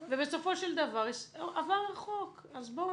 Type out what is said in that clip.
ובסופו של דבר עבר החוק, אז בואו